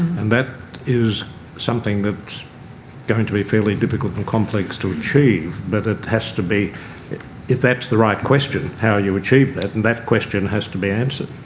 and that is something that's going to be fairly difficult and complex to achieve but it has to be if that's the right question, how you achieve that, and that question has to be answered.